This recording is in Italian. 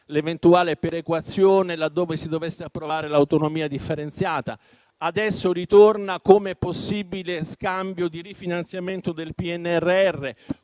l'eventuale perequazione laddove si dovesse approvare l'autonomia differenziata. Adesso ritorna come possibile scambio di rifinanziamento del PNRR.